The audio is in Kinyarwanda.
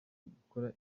gukora